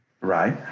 Right